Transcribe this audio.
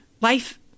Life